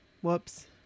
Whoops